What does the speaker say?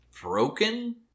broken